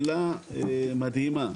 בצלילה מדהימה.